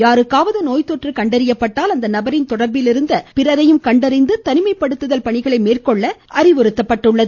யாருக்காவது நோய்த்தொற்று கண்டறியப்பட்டால் அந்த நபரின் தொடர்பிலிருந்த பிறரையும் கண்டறிந்து தனிமைப்படுத்துதல் பணிகளை மேற்கொள்ள அறிவுறுத்தப்பட்டுள்ளது